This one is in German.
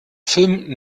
film